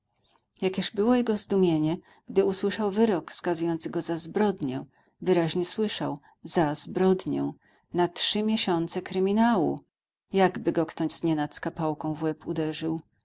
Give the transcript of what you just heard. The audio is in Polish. jakież było jego zdumienie gdy usłyszał wyrok skazujący go za zbrodnię wyraźnie słyszał za zbrodnię na trzy miesiące kryminału jakby go kto znienacka pałką w łeb uderzył